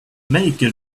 make